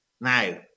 now